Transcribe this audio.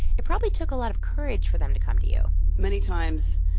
it probably took a lot of courage for them to come to you many times,